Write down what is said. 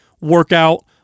workout